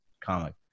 comic